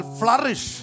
flourish